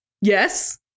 Yes